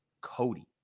Cody